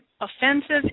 offensive